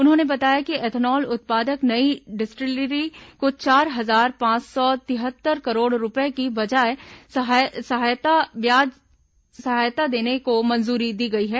उन्होंने बताया कि एथेनॉल उत्पादक नई डिस्ट्रिलरी को चार हजार पांच सौ तिहत्तर करोड़ रुपये की ब्याज सहायता देने को मंजूरी दी गई है